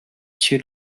two